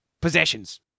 possessions